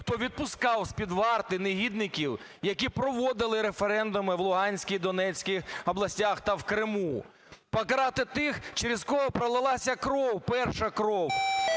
хто відпускав з-під варти негідників, які проводили референдуми в Луганській, Донецькій областях та в Криму. Покарати тих, через кого пролилася кров, перша кров.